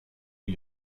new